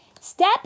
Step